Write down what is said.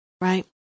Right